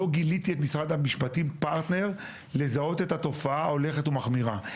לא גיליתי את משרד המשפטים פרטנר לזהות את התופעה ההולכת ומחמירה.